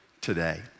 today